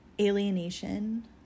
alienation